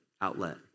Outlet